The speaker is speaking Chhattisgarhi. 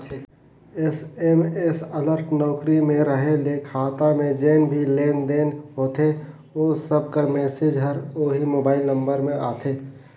एस.एम.एस अलर्ट नउकरी में रहें ले खाता में जेन भी लेन देन होथे ओ सब कर मैसेज हर ओही मोबाइल नंबर में आथे